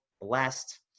blessed